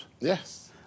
Yes